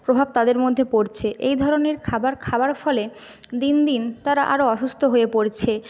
প্রভাব তাদের মধ্যে পড়ছে এই ধরনের খাবার খাওয়ার ফলে দিন দিন তারা আরও অসুস্থ হয়ে পড়ছে